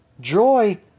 joy